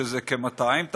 שזה כ-200 קילומטר.